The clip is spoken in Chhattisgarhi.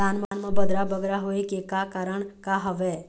धान म बदरा बगरा होय के का कारण का हवए?